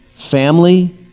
Family